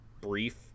brief